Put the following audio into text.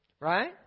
Right